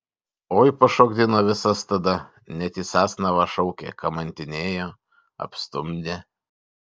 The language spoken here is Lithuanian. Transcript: oi pašokdino visas tada net į sasnavą šaukė kamantinėjo apstumdė